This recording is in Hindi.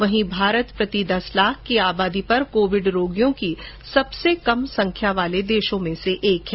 वहीं भारत प्रति दस लाख की आबादी पर कोविड रोगियों की सबसे कम संख्या वाले देशों में से एक है